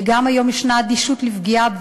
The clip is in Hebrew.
וגם היום יש אדישות לפגיעה,